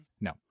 No